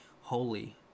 holy